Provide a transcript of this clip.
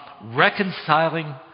reconciling